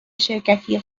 شرکتی